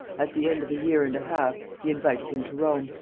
at the end of a year and a half he invited him to rome,